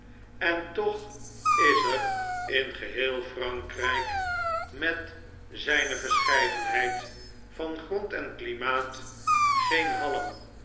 en toch is er in geheel f r a n krijk met zu'ne verscheidenheid van grond en klimaat geen halm